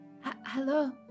Hello